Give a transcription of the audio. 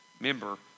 Member